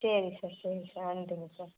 சரி சார் சரி சார் நன்றிங்க சார் ம்